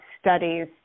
studies